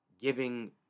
Giving